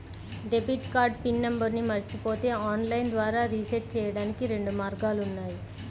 debit card pin నంబర్ను మరచిపోతే online ద్వారా రీసెట్ చెయ్యడానికి రెండు మార్గాలు ఉన్నాయి